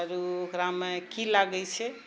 आर ओ एकरामे की लागैत छै